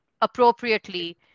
appropriately